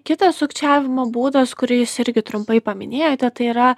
kitas sukčiavimo būdas kurį jūs irgi trumpai paminėjote tai yra